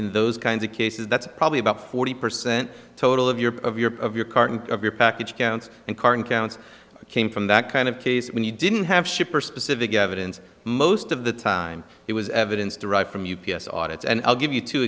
in those kinds of cases that's probably about forty percent total of your of your of your current of your package counts and current counts came from that kind of case when you didn't have shipper specific evidence most of the time it was evidence derived from u b s audit and i'll give you two